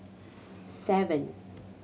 seven